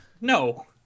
no